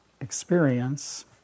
experience